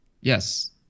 Yes